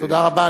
תודה רבה.